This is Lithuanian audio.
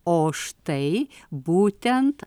o štai būtent